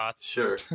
Sure